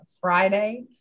Friday